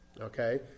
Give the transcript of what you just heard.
okay